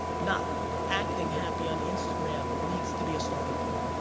not acting happy on instagram needs to be a starting point.